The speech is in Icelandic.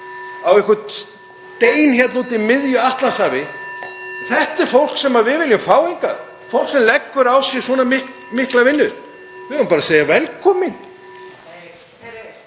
á einhvern stein hérna úti í miðju Atlantshafi, þá er það fólk sem við viljum fá hingað. Við fólk sem leggur á sig svona mikla vinnu eigum við bara að segja: Velkomin.